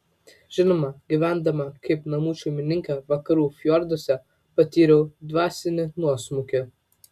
žinoma gyvendama kaip namų šeimininkė vakarų fjorduose patyriau dvasinį nuosmukį